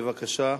בבקשה.